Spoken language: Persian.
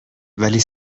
ولی